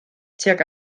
tuag